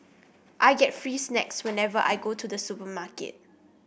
I get free snacks whenever I go to the supermarket